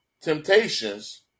temptations